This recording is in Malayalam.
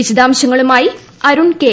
വിശദാംശങ്ങളുമായി അരുൺ കെ